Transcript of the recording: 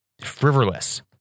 frivolous